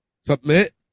submit